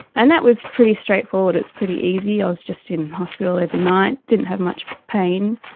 and that was pretty straightforward, it's pretty easy, i was just in hospital overnight, didn't have much pain.